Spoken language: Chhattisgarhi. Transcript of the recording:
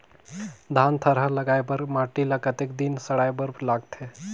धान थरहा लगाय बर माटी ल कतेक दिन सड़ाय बर लगथे?